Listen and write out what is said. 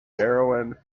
heroine